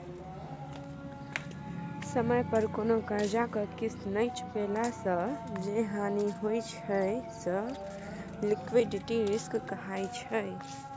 समय पर कोनो करजा केँ किस्त नहि चुकेला सँ जे हानि होइ छै से लिक्विडिटी रिस्क कहाइ छै